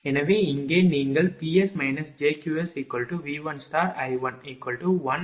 எனவே இங்கே நீங்கள் Ps jQsV1I11∠0°×0